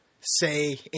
say